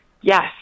Yes